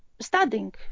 studying